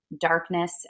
darkness